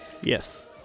Yes